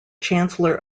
chancellor